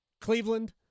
Cleveland